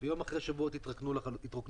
ומייד אחרי החג הם התרוקנו לחלוטין.